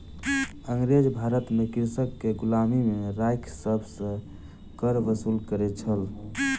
अँगरेज भारत में कृषक के गुलामी में राइख सभ सॅ कर वसूल करै छल